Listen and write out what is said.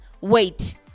Wait